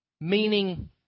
Meaning